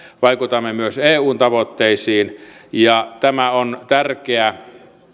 vaikutamme myös eun tavoitteisiin ja tämä on tärkeä